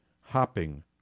hopping